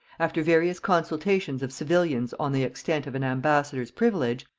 after various consultations of civilians on the extent of an ambassador's privilege,